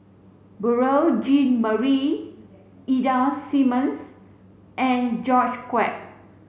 Beurel Jean Marie Ida Simmons and George Quek